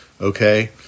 okay